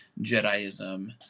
Jediism